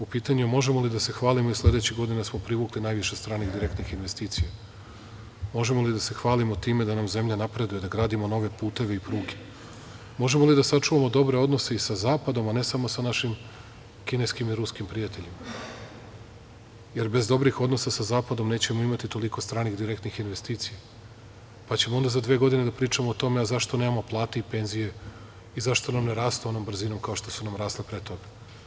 U pitanju je možemo li da se hvalimo i sledećih godina da smo privukli najviših stranih direktnih investicija, možemo li da se hvalimo time da nam zemlja napreduje, da gradimo nove puteve i pruge, možemo li da sačuvamo dobre odnose i sa Zapadom, a ne samo sa našim kineskim i ruskim prijateljima, jer bez dobrih odnosa sa Zapadom nećemo imati toliko stranih direktnih investicija, pa ćemo onda za dve godine da pričamo o tome a zašto nemamo plate i penzije i zašto nam ne rastu onom brzinom kao što su nam rasle pre toga.